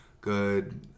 Good